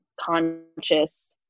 conscious